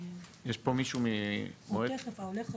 יש פה מישהו ממועצת רואי החשבון?